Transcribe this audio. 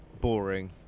boring